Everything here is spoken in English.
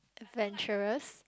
adventurous